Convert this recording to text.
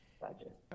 budget